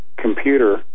computer